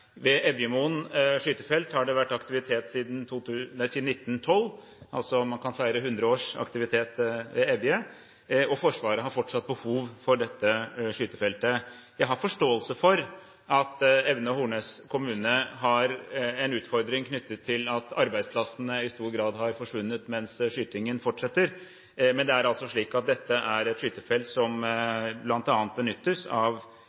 Ved Evjemoen skytefelt har det vært aktivitet siden 1912. Man kan altså feire 100 års aktivitet ved Evje, og Forsvaret har fortsatt behov for dette skytefeltet. Jeg har forståelse for at Evje og Hornnes kommune har en utfordring knyttet til at arbeidsplassene i stor grad har forsvunnet, mens skytingen fortsetter, men det er altså slik at dette er et skytefelt som bl.a. benyttes av